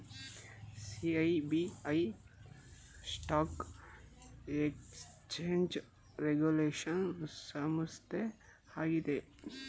SEBI stock exchange regulation ಸಂಸ್ಥೆ ಆಗಿದೆ